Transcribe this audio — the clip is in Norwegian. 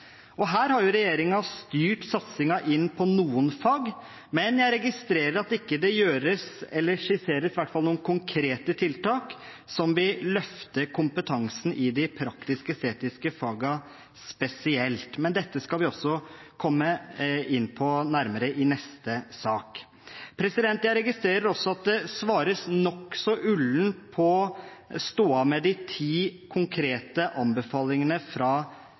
Her har jo regjeringen styrt satsingen inn på noen fag, men jeg registrerer at det ikke gjøres, eller skisseres i hvert fall, noen konkrete tiltak som vil løfte kompetansen i de praktisk-estetiske fagene spesielt. Men dette skal vi også komme nærmere inn på i neste sak. Jeg registrerer også at det svares nokså ullent på stoda med de ti konkrete anbefalingene fra